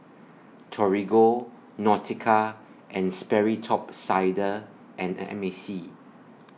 Torigo Nautica and Sperry Top Sider and M A C